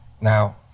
Now